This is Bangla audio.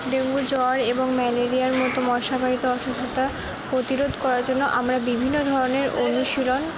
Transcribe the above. ডেঙ্গু জ্বর এবং ম্যালেরিয়ার মতো মশাবাহিত অসুস্থতা প্রতিরোধ করার জন্য আমরা বিভিন্ন ধরনের অনুশীলন